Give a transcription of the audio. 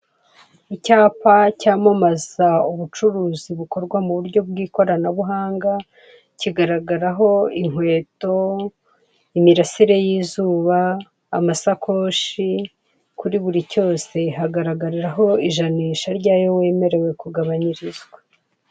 Icyapa cyamamaza ubucuruzi bukorwa mu buryo bw'ikoranabuhanga, kigaragaraho inkweto, imirasire y'izuba, amasakoshi, kuri buri cyose hagaragariraho ijanisha ry'ayo wemerewe kugabanyirizwa.